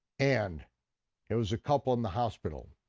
and it was a couple in the hospital.